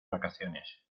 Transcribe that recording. vacaciones